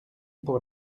pour